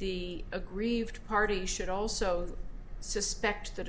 the aggrieved party should also suspect that